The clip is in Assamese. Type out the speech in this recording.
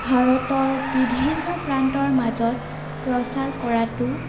ভাৰতৰ বিভিন্ন প্ৰান্তৰ মাজত প্ৰচাৰ কৰাটো